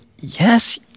yes